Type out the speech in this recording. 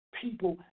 people